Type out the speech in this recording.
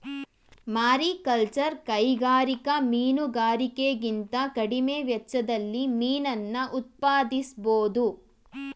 mariculture ಕೈಗಾರಿಕಾ ಮೀನುಗಾರಿಕೆಗಿಂತ ಕಡಿಮೆ ವೆಚ್ಚದಲ್ಲಿ ಮೀನನ್ನ ಉತ್ಪಾದಿಸ್ಬೋಧು